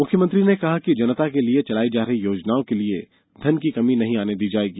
मुख्यमंत्री ने कहा कि जनता के लिये चलाई जा रही योजनाओं के लिये धन की कमी नहीं ैआने दी जाएगी